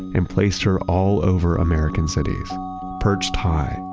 and placed her all over american cities perched high,